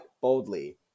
boldly